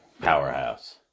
powerhouse